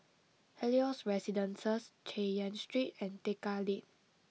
Helios Residences Chay Yan Street and Tekka Lane